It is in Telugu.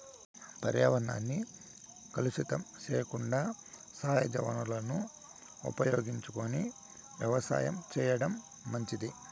పర్యావరణాన్ని కలుషితం సెయ్యకుండా సహజ వనరులను ఉపయోగించుకొని వ్యవసాయం చేయటం మంచిది